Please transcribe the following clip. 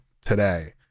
today